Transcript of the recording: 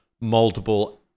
multiple